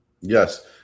Yes